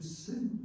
sin